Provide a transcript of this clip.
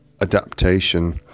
adaptation